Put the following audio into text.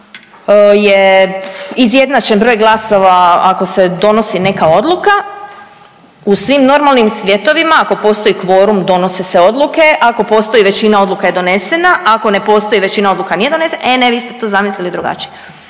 ako je izjednačen broj glasova, ako se donosi neka odluka u svim normalnim svjetovima ako postoji kvorum donose se odluke, ako postoji većina odluka je donesena, ako ne postoji većina odluka nije donesena. E ne, vi ste to zamislili drugačije.